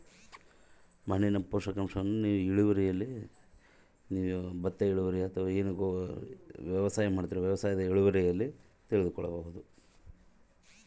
ಮಣ್ಣಿನ ಪೋಷಕಾಂಶವನ್ನು ನಾನು ಹೇಗೆ ತಿಳಿದುಕೊಳ್ಳಬಹುದು?